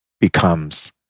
becomes